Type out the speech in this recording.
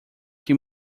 que